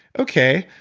okay.